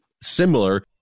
similar